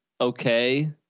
okay